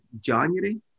january